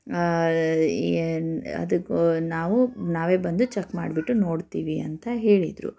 ಅದಕ್ಕೆ ನಾವು ನಾವೇ ಬಂದು ಚೆಕ್ ಮಾಡಿಬಿಟ್ಟು ನೋಡ್ತೀವಿ ಅಂತ ಹೇಳಿದರು